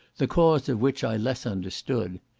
the cause of which i less understood.